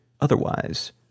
otherwise